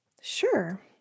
Sure